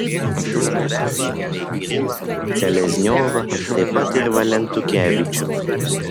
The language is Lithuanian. golubevą bei kirilą selezniovą taip pat ir valentukevičių